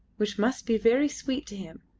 which must be very sweet to him,